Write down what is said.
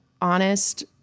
honest